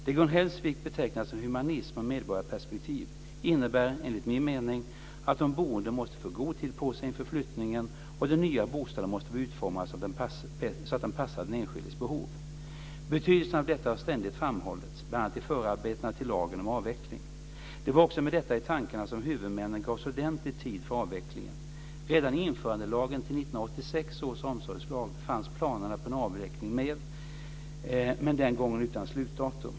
Det Gun Hellsvik betecknar som humanism och medborgarperspektiv innebär enligt min mening att de boende måste få god tid på sig inför flyttningen och den nya bostaden måste vara utformad så att den passar den enskildes behov. Betydelsen av detta har ständigt framhållits, bl.a. i förarbetena till lagen om avveckling. Det var också med detta i tankarna som huvudmännen gavs ordentligt med tid för avvecklingen. Redan i införandelagen till 1986 års omsorgslag fanns planerna på en avveckling med men den gången utan slutdatum.